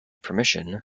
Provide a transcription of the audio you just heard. permission